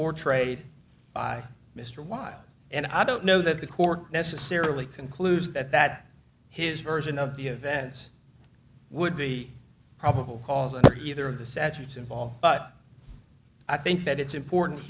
portrayed by mr wilde and i don't know that the court necessarily concludes that that his version of the events would be probable cause either of the statutes involved but i think that it's important